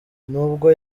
n’ubwo